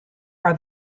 are